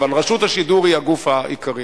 אבל רשות השידור היא הגוף העיקרי,